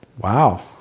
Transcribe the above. Wow